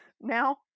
now